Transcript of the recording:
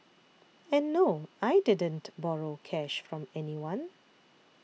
and no I didn't borrow cash from anyone